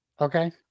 Okay